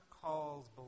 calls